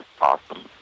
Awesome